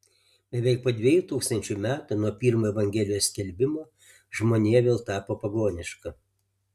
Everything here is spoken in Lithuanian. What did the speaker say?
beveik po dviejų tūkstančių metų nuo pirmojo evangelijos skelbimo žmonija vėl tapo pagoniška